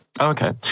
Okay